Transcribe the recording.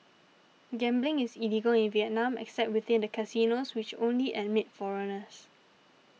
gambling is illegal in Vietnam except within the casinos which only admit foreigners